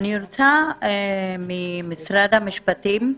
אני רוצה ממשרד המשפטים,